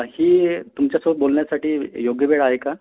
ही तुमच्यासोबत बोलण्यासाठी योग्य वेळ आहे का